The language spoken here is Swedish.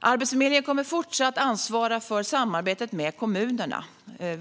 Arbetsförmedlingen kommer fortsatt att ansvara för samarbetet med kommunerna.